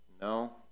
No